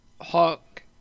Hawk